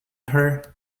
her